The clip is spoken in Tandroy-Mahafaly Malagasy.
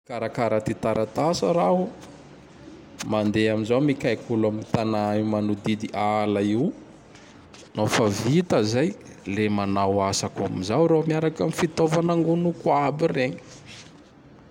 Karakara ty taratasy raho; mandeha am zoa mikaiky olo am tana io manididy ala io. Nao fa vita zay, le manao asako amizay raho miaraky am fitaova nangonoko aby regny.